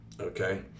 Okay